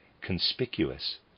conspicuous